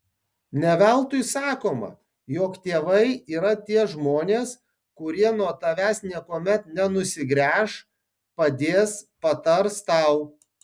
ne veltui sakoma jog tėvai yra tie žmonės kurie nuo tavęs niekuomet nenusigręš padės patars tau